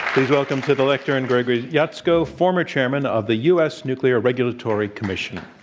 please welcome to the lecture and gregory jaczko, former chairman of the u. s. nuclear regulatory commission.